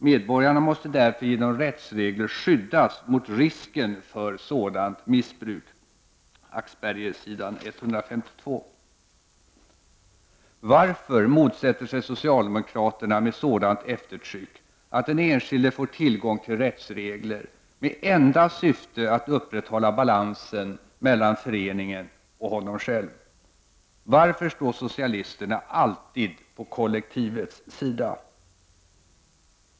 Medborgarna måste därför genom rättsregler skyddas mot risken för sådant missbruk; Axberger s. 152. Varför motsätter sig socialisterna med sådant eftertryck att den enskilde får tillgång till rättsregler med enda syfte att upprätthålla balansen mellan föreningen och honom själv? Varför står socialisterna alltid på kollektivets sida?